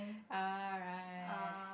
alright